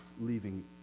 leaving